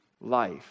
life